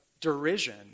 derision